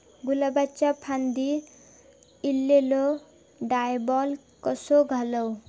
गुलाबाच्या फांदिर एलेलो डायबॅक कसो घालवं?